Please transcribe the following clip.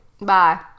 bye